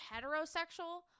heterosexual